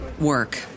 work